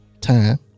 time